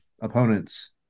opponents